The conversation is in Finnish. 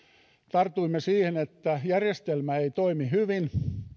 tartuimme että järjestelmä ei toimi hyvin